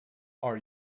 are